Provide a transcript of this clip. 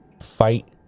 fight